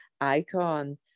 icon